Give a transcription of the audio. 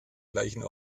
gleichen